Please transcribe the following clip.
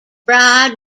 bride